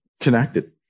connected